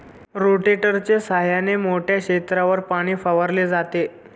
रोटेटरच्या सहाय्याने मोठ्या क्षेत्रावर पाणी फवारले जाते